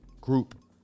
group